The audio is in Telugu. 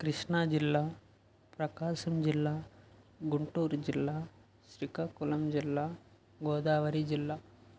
కృష్ణాజిల్లా ప్రకాశం జిల్లా గుంటూరు జిల్లా శ్రీకాకుళం జిల్లా గోదావరి జిల్లా